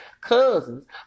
cousins